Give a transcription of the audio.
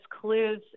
clues